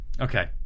Okay